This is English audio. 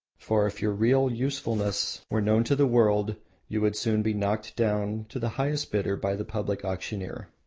for if your real usefulness were known to the world you would soon be knocked down to the highest bidder by the public auctioneer.